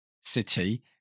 City